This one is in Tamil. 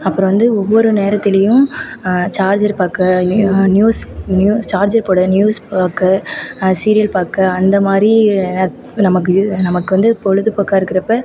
அப்புறம் வந்து ஒவ்வொரு நேரத்துலேயும் சார்ஜர் பார்க்க நியூ நியூ சார்ஜர் நியூஸ் பார்க்க சீரியல் பார்க்க அந்த மாதிரி ஏ நமக்கு இது நமக்கு வந்து பொழுதுபோக்காக இருக்கிறப்ப